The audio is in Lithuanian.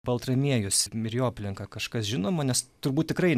baltramiejus ir jo aplinka kažkas žinoma nes turbūt tikrai